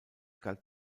galt